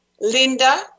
Linda